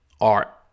Art